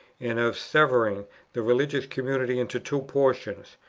and of severing the religious community into two portions,